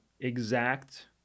exact